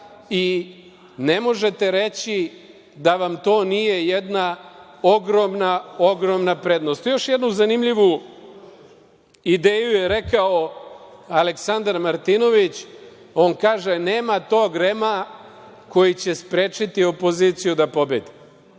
i ne možete reći da vam to nije jedna ogromna, ogromna prednost. Još jednu zanimljivu ideju je rekao Aleksandar Martinović. On kaže – nema tog REM-a koji će sprečiti opoziciju da pobedi.